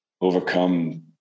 overcome